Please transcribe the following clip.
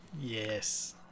Yes